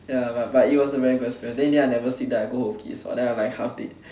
ya but but it was a very good experience then in the end I never sleep then I go then I like half dead